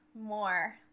more